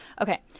Okay